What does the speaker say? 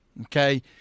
Okay